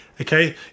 okay